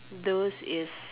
those is